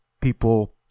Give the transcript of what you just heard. people